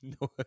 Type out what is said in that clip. No